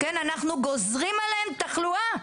אנחנו גוזרים עליהם תחלואה.